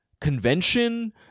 convention